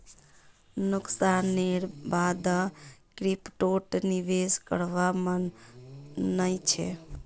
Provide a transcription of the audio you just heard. नुकसानेर बा द क्रिप्टोत निवेश करवार मन नइ छ